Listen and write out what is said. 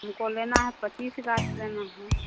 हमको लेना है पच्चीस गाछ लेना है